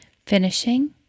finishing